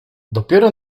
dopiero